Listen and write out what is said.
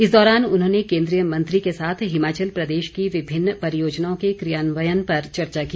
इस दौरान उन्होंने केन्द्रीय मंत्री के साथ हिमाचल प्रदेश की विभिन्न परियोजनाओं के क्रियान्वयन पर चर्चा की